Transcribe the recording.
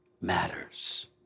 matters